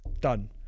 Done